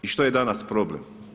I što je danas problem.